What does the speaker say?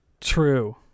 True